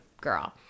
girl